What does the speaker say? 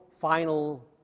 final